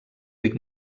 ric